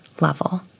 level